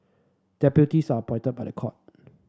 deputies are appointed by the court